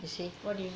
what do you mean